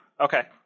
Okay